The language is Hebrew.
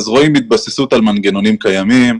רואים התבססות על מנגנונים קיימים,